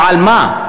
או על מה?